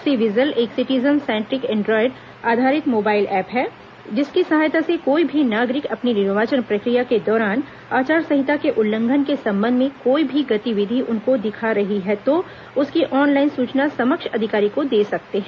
सी vigil एक citizen centric android आधारित mobile app है जिसकी संहायता से कोई भी नागरिक निर्वाचन प्रक्रिया के दौरान आचार संहिता के उल्लंघन के संबंध में कोई भी गतिविधि उनको दिख रही है तो उसकी ऑनलाइन सूचना सक्षम अधिकारी को दे सकते हैं